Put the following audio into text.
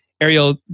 ariel